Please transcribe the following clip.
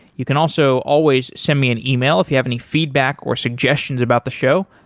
you can also always send me an email if you have any feedback or suggestions about the show,